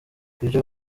ibyo